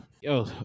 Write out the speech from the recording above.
Yo